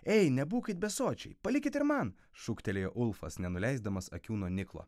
ei nebūkit besočiai palikit ir man šūktelėjo ulfas nenuleisdamas akių nuo niklo